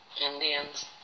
Indians